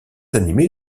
animée